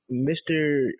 Mr